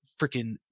freaking